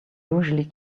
usually